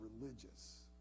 religious